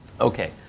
okay